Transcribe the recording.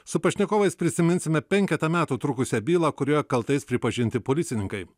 su pašnekovais prisiminsime penketą metų trukusią bylą kurioje kaltais pripažinti policininkai